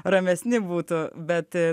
ramesni būtų bet